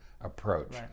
approach